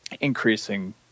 increasing